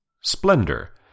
Splendor